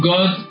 God